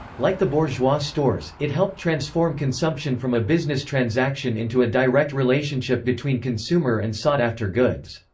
like the bourgeois stores, it helped transform consumption from a business transaction into a direct relationship between consumer and sought-after goods.